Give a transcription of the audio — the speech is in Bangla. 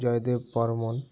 জয়দেব বর্মণ